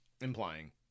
implying